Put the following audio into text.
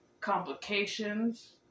complications